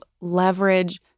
leverage